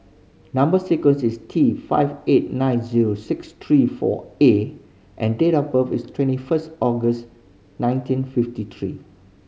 number sequence is T five eight nine zero six three four A and date of birth is twenty first August nineteen fifty three